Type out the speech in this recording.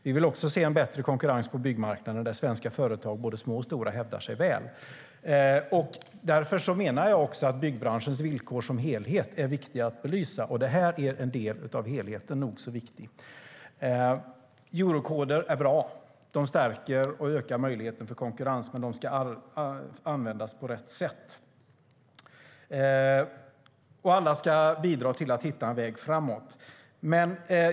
Vi vill också se en bättre konkurrens på byggmarknaden där svenska företag, både små och stora, hävdar sig väl. Därför menar jag att byggbranschens villkor som helhet är viktiga att belysa. Detta är en del av helheten som är nog så viktig. Eurokoder är bra. De stärker och ökar möjligheten till konkurrens, men de ska användas på rätt sätt. Alla ska bidra till att hitta en väg framåt.